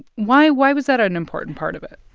why why was that an important part of it?